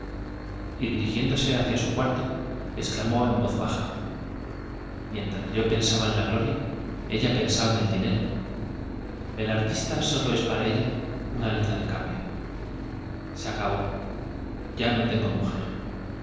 y hacia su cuarto exclamó en voz dirigiéndose ba mientras yo la gloria ella pensaba pensaba en en el dinero el artista sólo es para ella una letra acaba de de cambio se acabó ya no tengo mujer